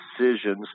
decisions